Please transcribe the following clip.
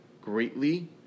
greatly